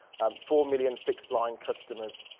four million fixed line customers.